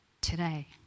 today